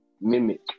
mimic